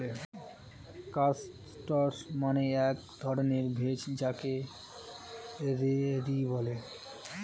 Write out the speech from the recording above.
castor মানে এক ধরণের ভেষজ যাকে রেড়ি বলে